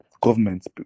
government